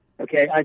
Okay